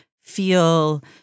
feel